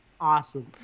awesome